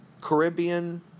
Caribbean